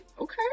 Okay